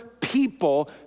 people